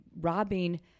robbing